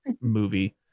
movie